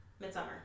Midsummer